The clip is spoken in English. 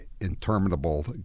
interminable